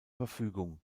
verfügung